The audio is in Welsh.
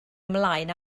ymlaen